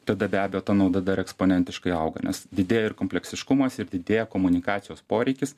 tada be abejo ta nauda dar eksponentiškai auga nes didėja ir kompleksiškumas ir didėja komunikacijos poreikis